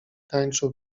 tańczył